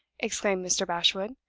exclaimed mr. bashwood.